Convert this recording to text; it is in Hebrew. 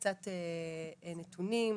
קצת נתונים,